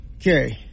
Okay